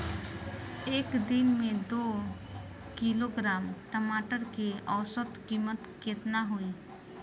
एक दिन में दो किलोग्राम टमाटर के औसत कीमत केतना होइ?